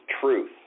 truth